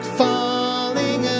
falling